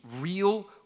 real